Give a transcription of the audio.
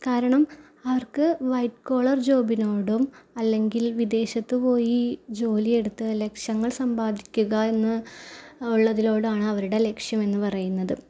കാരണം അവർക്ക് white collar ജോബിനോടും അല്ലെങ്കിൽ വിദേശത്ത് പോയി ജോലിയെടുത്ത് ലക്ഷങ്ങൾ സമ്പാദിക്കുക എന്ന് ഉള്ളതിനോടാണ് അവരുടെ ലക്ഷ്യം എന്ന് പറയുന്നത്